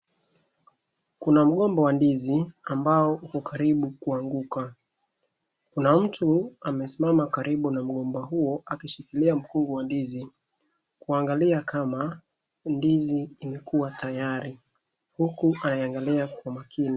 Kuna mgomba wa ndizi ambao uko karibu kuanguka. Kuna mtu amesimama karibu na mgomba huo akishikilia mkungu wa ndizi kuangalia kama ndizi imekua tayari huku ameangalia kwa makini.